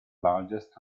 largest